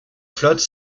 flotte